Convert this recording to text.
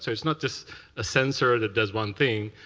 so it's not just a sensor that does one thing.